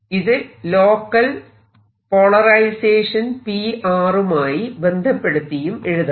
ഇത് local polarisation P മായി ബന്ധപ്പെടുത്തിയും എഴുതാം